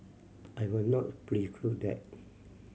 I will not preclude that